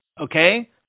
Okay